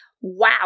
Wow